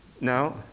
No